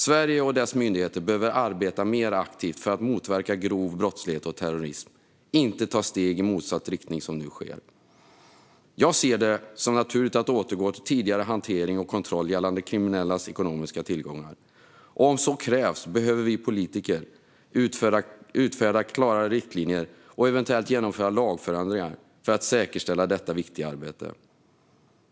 Sverige och dess myndigheter behöver arbeta mer aktivt för att motverka grov brottslighet och terrorism, inte ta steg i motsatt riktning som nu sker. Jag ser det som naturligt att återgå till tidigare hantering och kontroll gällande kriminellas ekonomiska tillgångar, och om så krävs behöver vi politiker utfärda klarare riktlinjer och eventuellt genomföra lagändringar för att säkerställa detta viktiga arbete.